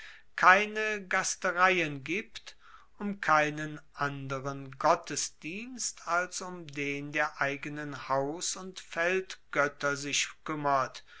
keine gastereien gibt um keinen anderen gottesdienst als um den der eignen haus und feldgoetter sich kuemmert